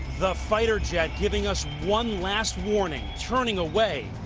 the fighter jet giving us one last morning, turning away,